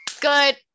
Good